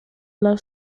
love